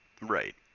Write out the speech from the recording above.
Right